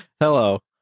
Hello